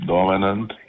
Dominant